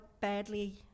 badly